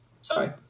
Sorry